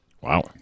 Wow